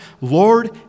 lord